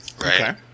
Right